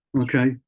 okay